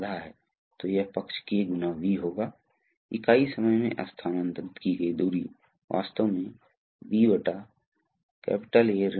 क्योंकि यह अपरिमेय है इसलिए दबाव बहुत जल्दी उच्च मूल्यों तक बढ़ सकता है यदि कभी कभी जाम होता है तो इसलिए हमेशा ऐसे तंत्र होते हैं जोकि दबाव हो सकता है जारी करना होगा